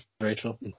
Rachel